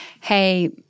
hey